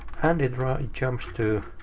and it jumps to,